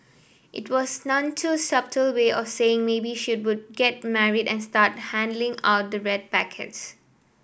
it was none too subtle way of saying maybe she would get marry and start handing out the red packets